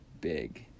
big